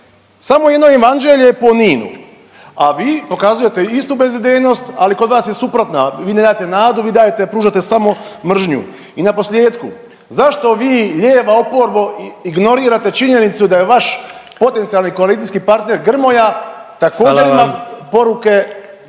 Samo jedno evanđelje po Ninu, a vi pokazujete istu bezidejnost ali kod vas je suprotna, vi ne dajete nadu vi dajete, pružate samo mržnju. I naposljetku, zašto vi lijeva oporbo ignorirate činjenicu da je vaš potencijalni koalicijski partner Grmoja također nam